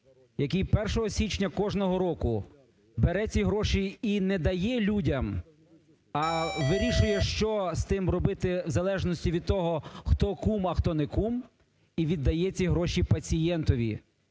який 1 січня кожного року бере ці гроші і не дає людям, а вирішує, що з тим робити в залежності від того, хто кум, а хто не кум, і віддає ці гроші пацієнтові.